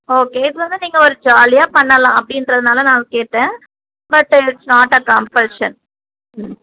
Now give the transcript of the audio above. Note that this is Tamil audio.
ஓகே இப்போ வந்து நீங்கள் ஒரு ஜாலியாக பண்ணலாம் அப்படின்றதுனால நான் அதை கேட்டேன் but it's not a compulsion ம்